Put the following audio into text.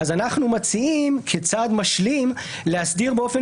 אנחנו מציעים כצעד משלים להסדיר באופן